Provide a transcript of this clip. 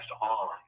on